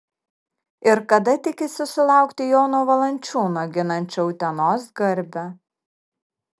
ir kada tikisi sulaukti jono valančiūno ginančio utenos garbę